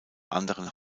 anderen